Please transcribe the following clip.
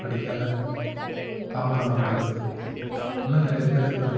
படிக்காத பாமர மக்கள் இன்னும் நிறையா பேர் இருக்கிறாங்க